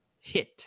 hit